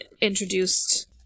introduced